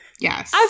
Yes